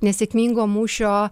nesėkmingo mūšio